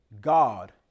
God